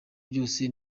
byose